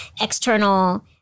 external